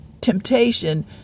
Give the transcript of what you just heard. temptation